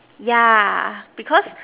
yeah because